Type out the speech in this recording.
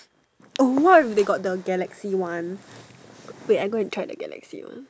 what if they got the Galaxy one wait I go and try the Galaxy one